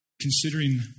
Considering